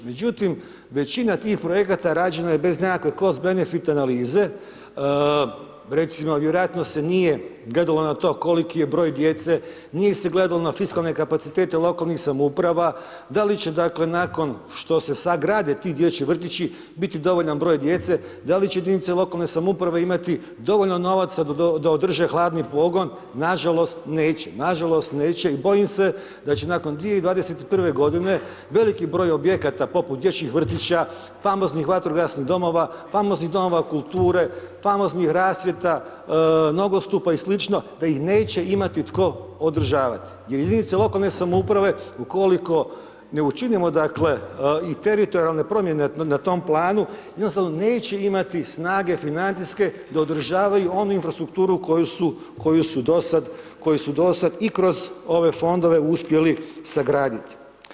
Međutim, većina tih projekata rađena je bez nekakve kos benefit analize, recimo vjerojatno se nije gledalo na to koliki je broj djece, nije se gledalo na fiskalne kapacitete lokalnih samouprava, da li će, dakle, nakon što se sagrade ti dječji vrtići biti dovoljan broj djece, da li će jedinice lokalne samouprave imati dovoljno novaca da održe hladni pogon, nažalost, neće, nažalost neće i bojim se da će nakon 2021.g. veliki broj objekata poput dječjih vrtića, famoznih vatrogasnih domova, famoznih domova kulture, famoznih rasvjeta, nogostupa i sl., da ih neće imati tko održavati jer jedinice lokalne samouprave ukoliko ne učinimo, dakle, i teritorijalne promjene na tom planu, jednostavno neće imati snage financijske da održavaju onu infrastrukturu koju su, koju su dosad, koju su dosad i kroz ove fondove uspjeli sagraditi.